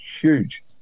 huge